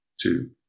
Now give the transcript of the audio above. two